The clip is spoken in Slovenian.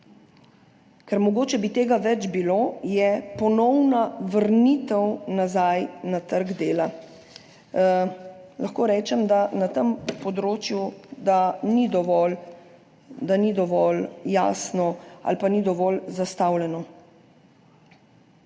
ker mogoče bi tega več bilo, ponovna vrnitev nazaj na trg dela. Lahko rečem, da na tem področju ni dovolj jasno ali pa ni dovolj zastavljeno,